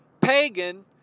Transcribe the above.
pagan